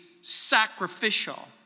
sacrificial